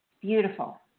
beautiful